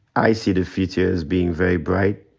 i see the future as being very bright.